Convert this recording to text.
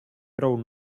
prou